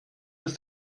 ist